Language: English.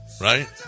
right